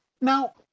Now